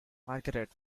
margaret